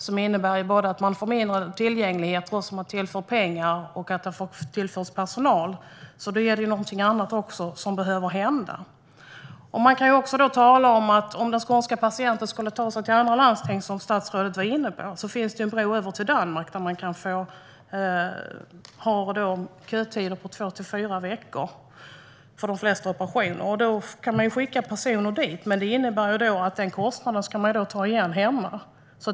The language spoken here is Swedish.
Det innebär att det blir mindre tillgänglighet trots att det har tillförts pengar och personal, och då är det ju något annat som också behöver hända. Om den skånska patienten skulle ta sig till andra landsting, som statsrådet var inne på, finns det ju en bro över till Danmark där kötiderna ligger på två till fyra veckor för de flesta operationer. Man kan alltså skicka personer dit, men det innebär att man ska ta igen den kostnaden hemma.